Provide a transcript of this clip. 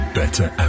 better